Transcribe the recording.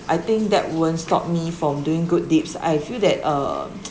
I think that won't stop me from doing good deeds I feel that um